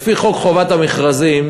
לפי חוק חובת המכרזים,